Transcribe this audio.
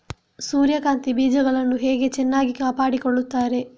ಸೂರ್ಯಕಾಂತಿ ಬೀಜಗಳನ್ನು ಹೇಗೆ ಚೆನ್ನಾಗಿ ಕಾಪಾಡಿಕೊಳ್ತಾರೆ?